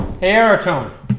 aerotone